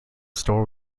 store